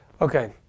Okay